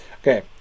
Okay